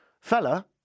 Fella